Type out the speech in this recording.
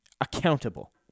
accountable